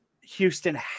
Houston